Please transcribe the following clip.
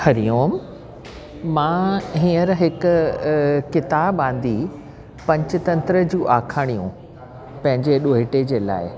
हरिओम मां हींअर हिकु अ किताबु आंदी पंच तंत्र जूं आखाणियूं पंहिंजे ॾोहिटे जे लाइ